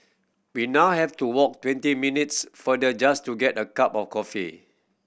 we now have to walk twenty minutes farther just to get a cup of coffee